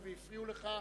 הואיל והפריעו לך,